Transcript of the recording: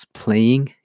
playing